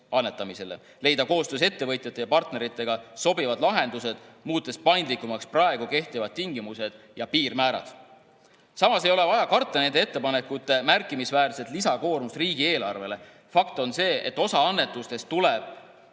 annetamisele, leida koostöös ettevõtjate ja partneritega sobivad lahendused, muutes paindlikumaks praegu kehtivad tingimused ja piirmäärad. Samas ei ole vaja karta nende ettepanekute puhul märkimisväärset lisakoormust riigieelarvele. Fakt on see, et osa annetustest tuleb